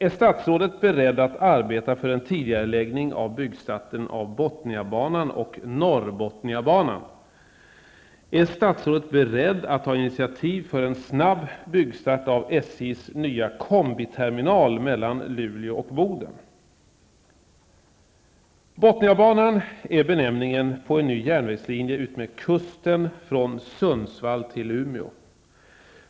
Är statsrådet beredd att arbeta för en tidigareläggning av byggstarten av Bothniabanan och Norrbothniabanan? 2. Är statsrådet beredd att ta initiativ för en snabb byggstart av SJ:s nya kombiterminal mellan Luleå och Boden? Umeå.